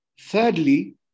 Thirdly